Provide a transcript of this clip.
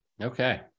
okay